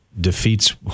defeats